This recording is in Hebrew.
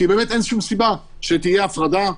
כי באמת אין שום סיבה שתהיה הפרדה.